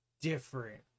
Different